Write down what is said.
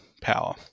power